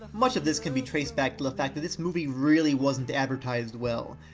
much of this can be traced back to the fact that this movie really wasn't advertised well.